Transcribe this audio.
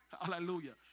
Hallelujah